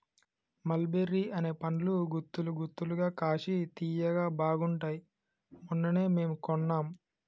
మల్ బెర్రీ అనే పండ్లు గుత్తులు గుత్తులుగా కాశి తియ్యగా బాగుంటాయ్ మొన్ననే మేము కొన్నాం